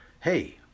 hey